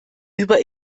über